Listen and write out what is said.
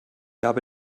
habe